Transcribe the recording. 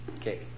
Okay